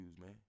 man